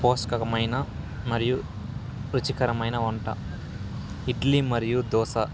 పోషకకరమైన మరియు రుచికరమైన వంట ఇడ్లీ మరియు దోశ